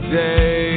day